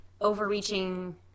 overreaching